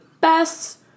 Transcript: best